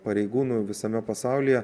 pareigūnų visame pasaulyje